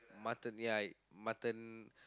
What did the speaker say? mutton ya mutton